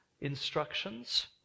instructions